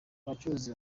abacuruzi